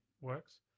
works